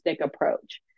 approach